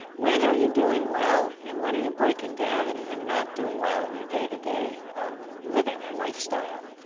when are you doing well and when are you and breaking down and and not doing well in your day-to-day living or lifestyle?